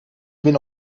bin